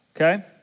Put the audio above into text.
Okay